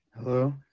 Hello